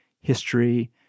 history